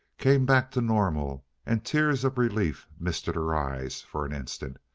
came back to normal and tears of relief misted her eyes for an instant.